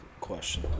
question